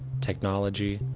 technology,